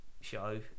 show